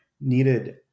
needed